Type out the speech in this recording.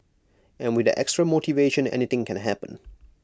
and with that extra motivation anything can happen